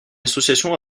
association